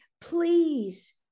please